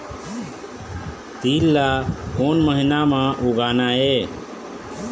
तील ला कोन महीना म उगाना ये?